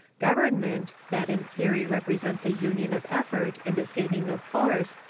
government, that in theory represents a union of effort and a saving of force,